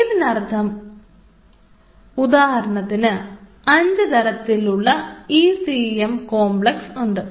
ഇതിനർത്ഥം ഉദാഹരണത്തിന് ഇവിടെ 5 തരത്തിലുള്ള ഈ സി എം കോംപ്ലക്സ് ഉണ്ട്